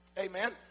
Amen